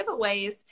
giveaways